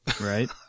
Right